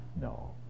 No